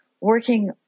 working